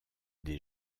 des